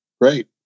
Great